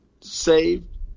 saved